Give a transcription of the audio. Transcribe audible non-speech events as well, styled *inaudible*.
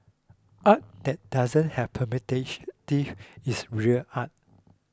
art that doesn't have *unintelligible* is real art